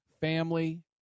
family